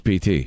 PT